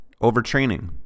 Overtraining